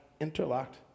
interlocked